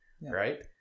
Right